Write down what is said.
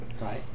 Right